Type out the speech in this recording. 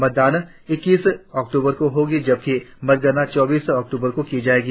मतदान इक्कीस अक्टूबर को होगी जबकि मतगणना चौबीस अक्टूबर को की जाएगी